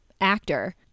actor